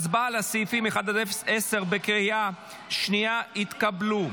1 10 בקריאה השנייה התקבלו.